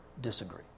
disagree